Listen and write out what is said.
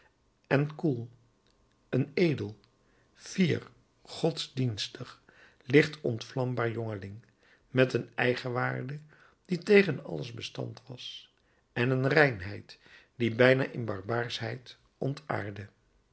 en koel een edel fier godsdienstig licht ontvlambaar jongeling met een eigenwaarde die tegen alles bestand was en een reinheid die bijna in barbaarschheid ontaarde